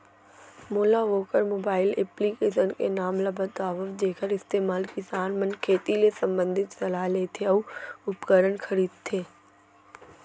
मोला वोकर mobile application के नाम ल बतावव जेखर इस्तेमाल किसान मन खेती ले संबंधित सलाह लेथे अऊ उपकरण खरीदथे?